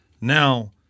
Now—